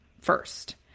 first